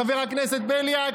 חבר הכנסת בליאק?